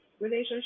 relationship